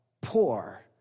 poor